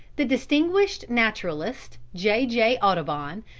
the distinguished naturalist, j. j. audubon,